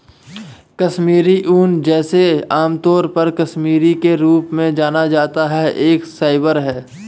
कश्मीरी ऊन, जिसे आमतौर पर कश्मीरी के रूप में जाना जाता है, एक फाइबर है